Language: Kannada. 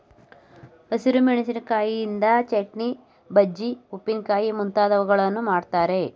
ಹಸಿರು ಮೆಣಸಿಕಾಯಿಯಿಂದ ಚಟ್ನಿ, ಬಜ್ಜಿ, ಉಪ್ಪಿನಕಾಯಿ ಮುಂತಾದವುಗಳನ್ನು ಮಾಡ್ತರೆ